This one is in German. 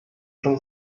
schon